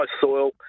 soil